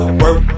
work